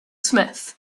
smith